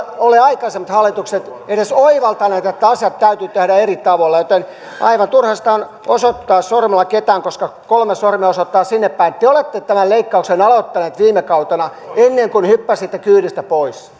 ole aikaisemmat hallitukset edes oivaltaneet että asiat täytyy tehdä eri tavoilla joten aivan turha sitä on osoittaa sormella ketään koska kolme sormea osoittaa sinne päin te olette tämän leikkauksen aloittaneet viime kautena ennen kuin hyppäsitte kyydistä pois